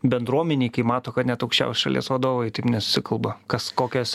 bendruomenei kai mato kad net aukščiausi šalies vadovai taip nesusikalba kas kokias